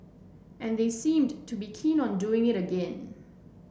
and they seemed to be keen on doing it again